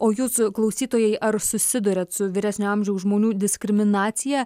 o jūsų klausytojai ar susiduriate su vyresnio amžiaus žmonių diskriminacija